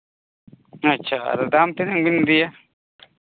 ᱟᱪᱪᱷᱟ ᱫᱟᱢ ᱛᱤᱱᱟᱹᱜ ᱵᱤᱱ ᱞᱟᱹᱭᱟ